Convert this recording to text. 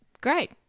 Great